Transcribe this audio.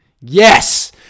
Yes